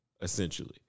Essentially